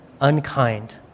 unkind